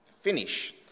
finish